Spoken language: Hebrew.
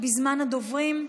בזמן הדוברים.